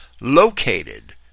located